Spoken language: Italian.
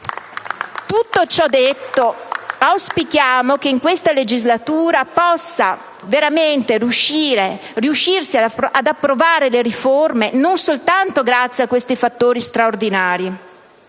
Tutto ciò detto, auspichiamo che in questa legislatura si possa veramente riuscire ad approvare le riforme, non soltanto grazie a questi fattori straordinari,